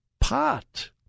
pot